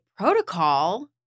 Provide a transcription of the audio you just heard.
protocol